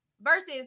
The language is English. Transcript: versus